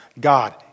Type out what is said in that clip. God